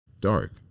dark